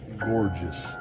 gorgeous